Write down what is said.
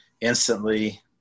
instantly